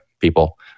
people